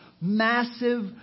massive